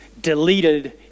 deleted